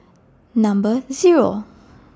Number Zero